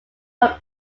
from